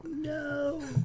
No